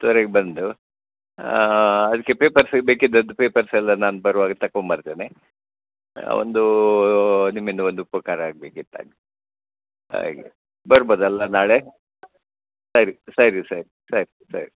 ಹತ್ತುವರೆಗೆ ಬಂದು ಅದ್ಕೆ ಪೇಪರ್ಸ್ ಬೇಕಿದ್ದದ್ದು ಪೇಪರ್ಸೆಲ್ಲ ನಾನು ಬರುವಾಗ ತಗೋಬರ್ತೆನೆ ಒಂದೂ ನಿಮ್ಮಿಂದ ಒಂದು ಉಪಕಾರ ಆಗಬೇಕಿತ್ತು ಹಾಗೆ ಬರಬಹುದಲ್ಲ ನಾಳೆ ಸರಿ ಸರಿ ಸರಿ ಸರಿ